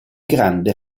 grande